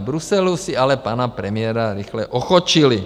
V Bruselu si ale pana premiéra rychle ochočili.